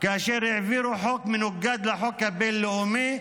כאשר העבירו חוק שמנוגד לחוק הבין-לאומי,